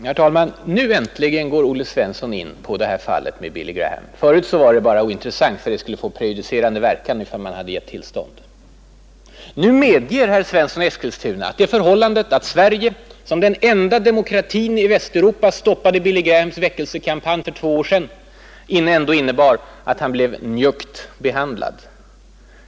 Herr talman! Nu äntligen går Olle Svensson in på fallet Graham. Förut var det bara ointressant och hade fått ”prejudicerande verkan”, om man hade gett tillstånd. Nu medger herr Svensson i Eskilstuna att det förhållandet att Sverige som den enda demokratin i Västeuropa stoppade Billy Grahams väckelsekampanj för två år sedan ändå innebar att han blev ”njuggt behandlad”.